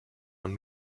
man